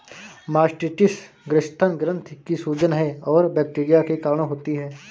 mastitis स्तन ग्रंथि की सूजन है और बैक्टीरिया के कारण होती है